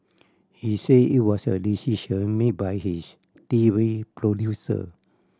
he said it was a decision made by his T V producer